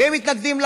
והם מתנגדים.